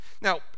Now